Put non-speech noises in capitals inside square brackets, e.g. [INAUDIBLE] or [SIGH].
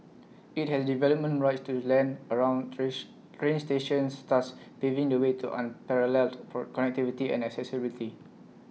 IT has development rights to land around trains train stations thus paving the way to unparalleled [UNINTELLIGIBLE] connectivity and accessibility